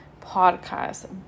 podcast